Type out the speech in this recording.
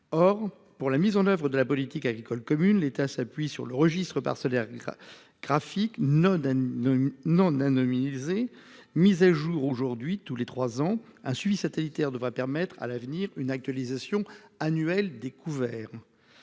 Or pour la mise en oeuvre de la politique agricole commune. L'État s'appuie sur le registre parcellaire. Graphique Neaud N. Non anonymisé mise à jour aujourd'hui tous les 3 ans, a suivi satellitaire devrait permettre à l'avenir une actualisation annuelle découvert.